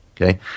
Okay